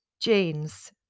jeans